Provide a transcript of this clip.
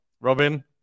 Robin